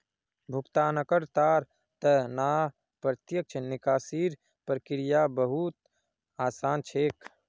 भुगतानकर्तार त न प्रत्यक्ष निकासीर प्रक्रिया बहु त आसान छेक